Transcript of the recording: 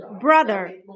Brother